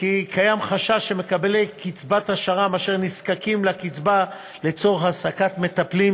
שקיים חשש שמקבלי קצבת שר"מ אשר נזקקים לקצבה לצורך העסקת מטפלים,